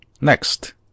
Next